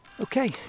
Okay